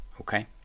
okay